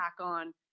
on